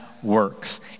works